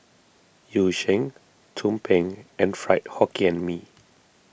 Yu Sheng Tumpeng and Fried Hokkien Mee